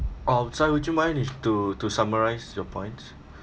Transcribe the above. orh Si would you mind if to to summarise your points